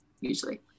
usually